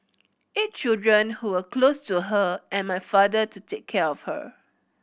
eight children who were close to her and my father to take care of her